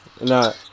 No